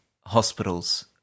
hospitals